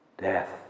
Death